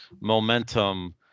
momentum